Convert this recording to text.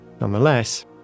Nonetheless